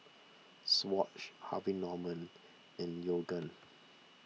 Swatch Harvey Norman and Yoogane